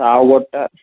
సావగొట్ట